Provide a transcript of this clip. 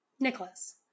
Nicholas